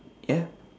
ya